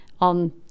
on